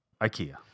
IKEA